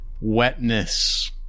wetness